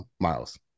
miles